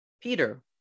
Peter